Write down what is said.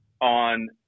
on